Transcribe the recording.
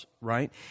right